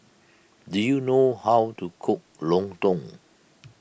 do you know how to cook Lontong